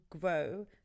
grow